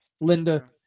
Linda